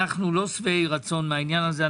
אנו לא שבעי רצון מהעניין הזה.